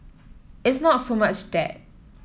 it's not so much that